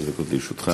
עשר דקות לרשותך.